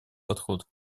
подход